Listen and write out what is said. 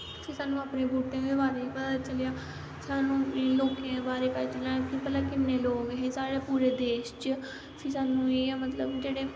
स्हानू अपने बूह्टें दे बारे च पता चलेआ स्हानू लोकें दे बारे च पता तलेआ भला किन्ने लोग हे साढ़े पूरे देश च फ्ही स्हानू इयां मतलव